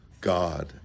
God